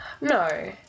No